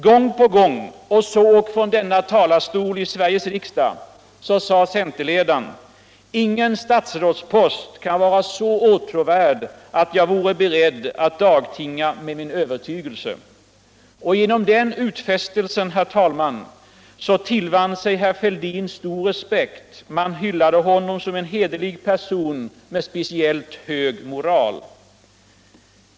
Gång på gång — så ock från denna talarstol i Sveriges riksdag - sade centerledaren: ”Ingen statsrådspost kan vara så åtråvärd att jag vore beredd att dagtinga med min övertygelse”. Genom den utfästelsen ullvann sig herr Fälldin stor respekt. Han hyllades som en hederlig person med speciellt hög moral.